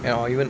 or I'll even